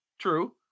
True